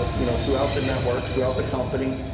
ah you know. throughout the networks, throughout the company,